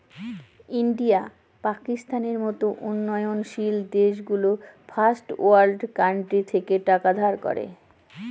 India, পাকিস্তানের মত উন্নয়নশীল দেশগুলো ফার্স্ট ওয়ার্ল্ড কান্ট্রি থেকে টাকা ধার করে